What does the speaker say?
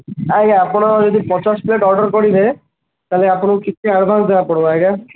ଆଜ୍ଞା ଆପଣ ଯଦି ପଚାଶ ପ୍ଲେଟ୍ ଅର୍ଡ଼ର କରିବେ ତାହାଲେ ଆପଣଙ୍କୁ କିଛି ଆଡ୍ଭାନ୍ସ୍ ଦେବାକୁ ପଡ଼ିବ ଆଜ୍ଞା